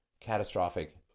catastrophic